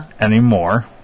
anymore